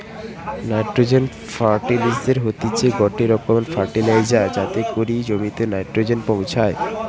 nitrogen ফার্টিলিসের হতিছে গটে রকমের ফার্টিলাইজার যাতে করি জমিতে নাইট্রোজেন পৌঁছায়